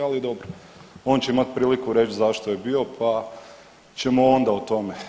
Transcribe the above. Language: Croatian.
Ali dobro, on će imati priliku reći zašto je bio, pa ćemo onda o tome.